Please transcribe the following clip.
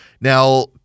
Now